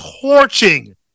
torching